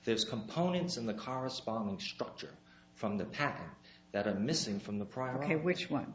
there's components in the car responding structure from the pap that are missing from the primary which one